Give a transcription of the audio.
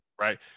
right